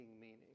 Meaning